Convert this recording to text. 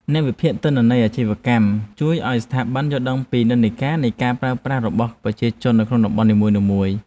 អ្នកវិភាគទិន្នន័យអាជីវកម្មជួយឱ្យស្ថាប័នយល់ដឹងពីនិន្នាការនៃការប្រើប្រាស់របស់ប្រជាជននៅក្នុងតំបន់នីមួយៗ។